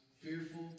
fearful